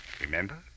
Remember